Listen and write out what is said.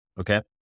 Okay